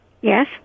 Yes